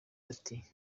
ati